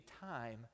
time